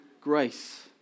grace